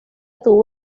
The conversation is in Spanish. tuvo